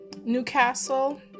Newcastle